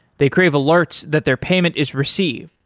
they crave alerts that their payment is received.